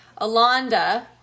Alonda